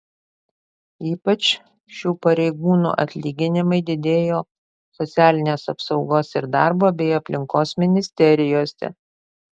ypač šių pareigūnų atlyginimai didėjo socialinės apsaugos ir darbo bei aplinkos ministerijose